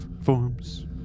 forms